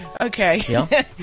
Okay